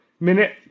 minute